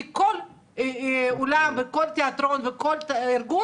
כי כל אולם וכל תיאטרון וכל ארגון,